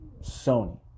Sony